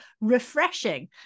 refreshing